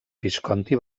visconti